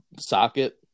socket